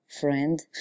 friend